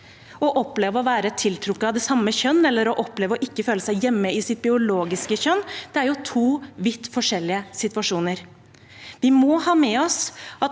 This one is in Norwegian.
Å oppleve å være tiltrukket av det samme kjønn, eller å oppleve å ikke føle seg hjemme i sitt biologiske kjønn, er to vidt forskjellige situasjoner. Vi må ha med oss at